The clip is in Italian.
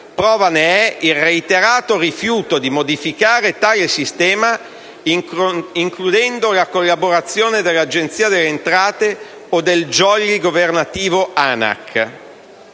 prova ne è il reiterato rifiuto di modificare tale sistema includendo la collaborazione dell'Agenzia delle entrate o del *jolly* governativo,